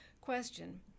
Question